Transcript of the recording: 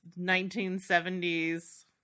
1970s